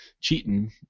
cheating